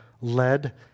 led